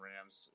Rams